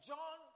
John